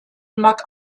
mag